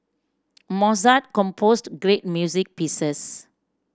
Mozart composed great music pieces